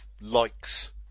likes